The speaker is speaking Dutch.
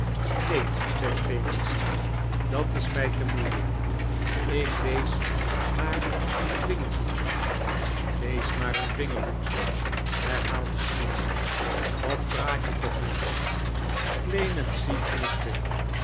zei clemency dat is mij te moeilijk ik lees maar een vingerhoedje lees maar een vingerhoed herhaalde snitchey wat praat je toch mensch clemency